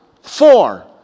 Four